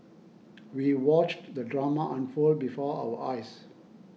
we watched the drama unfold before our eyes